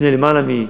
לפני יותר מעשור,